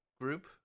group